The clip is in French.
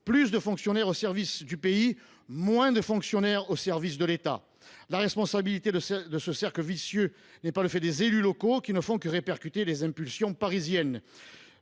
plus de fonctionnaires au service du pays, moins de fonctionnaires au service de l’État. La responsabilité de ce cercle vicieux n’est pas le fait des élus locaux, qui ne font que répercuter les impulsions parisiennes.